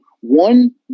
one